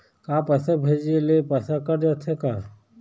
का पैसा भेजे ले पैसा कट जाथे का?